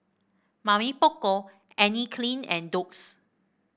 Mamy Poko Anne Klein and Doux